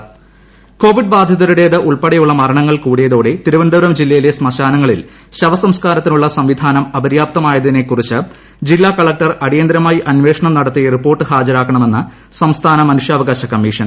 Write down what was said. ശ്മശാനം മനുഷ്യാവകാശ commission Covid ബാധിതരുടേതുൾപ്പെടെയുള്ള മരണങ്ങൾ കൂടിയതോടെ തിരുവന്തപുരം ് ജില്പയിലെ ശ്മശാനങ്ങളിൽ ശവസംസ്ക്കാരത്തിനുള്ള സംവിധാനം അപര്യാപ്തമായതിനെ കുറിച്ച് ജില്ലാ കളക്ടർ അടിയന്തിരമായി അന്വേഷണം നടത്തി റിപ്പോർട്ട് ഹാജരാക്കണമെന്ന് സംസ്ഥാന മനുഷ്യാവകാശ കമ്മീഷൻ